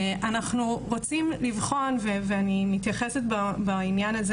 אנחנו רוצים לבחון ואני מתייחסת בעניין הזה